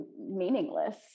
meaningless